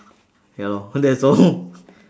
ya lor that's all